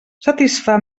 satisfà